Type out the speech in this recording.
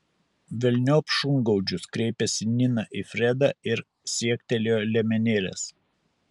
velniop šungaudžius kreipėsi nina į fredą ir siektelėjo liemenėlės